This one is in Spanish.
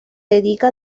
dedica